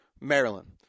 Maryland